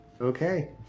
Okay